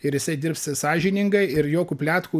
ir jisai dirbs sąžiningai ir jokių pletkų